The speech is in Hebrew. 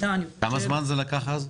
כמה זמן זה לקח אז?